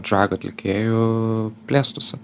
drag atlikėjų plėstųsi